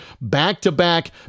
back-to-back